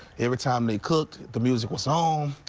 every time they cooked, the music was um